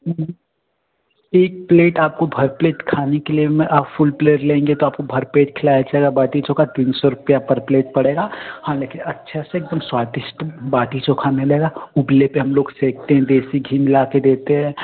एक प्लेट आपको भर प्लेट खाने के लिए में आप फूल प्लेट लेंगे त आपको भर पेट खिलाया बाटी चोखा तीन सौ रुपया पर प्लेट पड़ेगा हाँ लेकिन अच्छे से एकदम स्वादिष्ट बाटी चोखा मिलेगा उपले पर हम लोग सेंकते हैं देसी घी मिला कर देते हैं